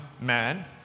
man